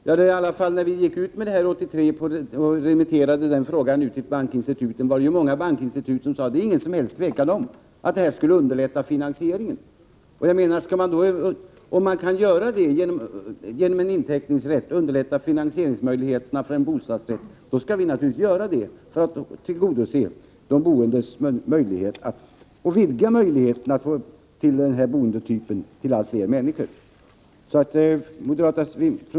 Men när frågan år 1983 remitterades till bankinstituten var det många bankinstitut som meddelade att det inte råder något som helst tvivel om att finansieringen skulle underlättas genom att inteckningsrätt infördes. Om finansieringen av en bostadsrätt på det sättet kan underlättas, skall vi naturligtvis medverka till att så sker, för att tillgodose de boendes önskemål och vidga möjligheterna för allt fler människor att välja den här boendetypen.